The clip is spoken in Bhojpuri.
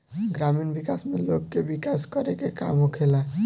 ग्रामीण विकास में लोग के विकास करे के काम होखेला